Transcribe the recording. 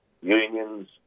unions